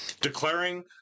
declaring